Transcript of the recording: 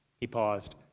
he paused.